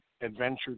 Adventure